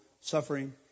suffering